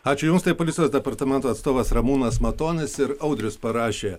ačiū jums tai policijos departamento atstovas ramūnas matonis ir audrius parašė